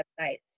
websites